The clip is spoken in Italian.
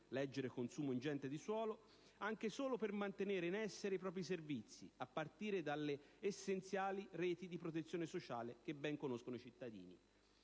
(leggi consumo ingente di suolo), anche solo per mantenere in essere i propri servizi, a partire dalle essenziali reti di protezione sociale che ben conoscono i cittadini.